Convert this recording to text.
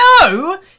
No